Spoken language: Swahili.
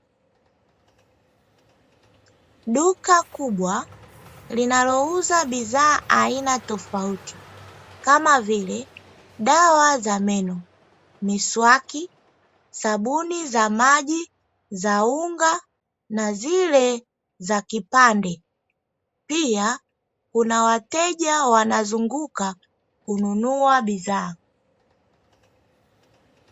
Duka kubwa linalouza bidhaa aina tofauti kama vile: dawa za meno, miswaki, sabuni za maji za unga na zile za kipande pia kuna wateja wanazunguka kununua bidhaa.